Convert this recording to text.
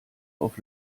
auf